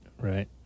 Right